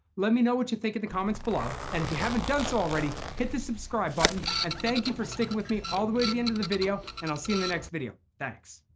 let me know what you think of the comments below. and if you haven't done so already hit the subscribe button. and thank you for sticking with me all the way to the end of the video and i'll see in the next video.